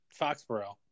Foxborough